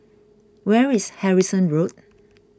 where is Harrison Road